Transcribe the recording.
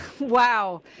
Wow